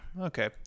Okay